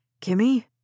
Kimmy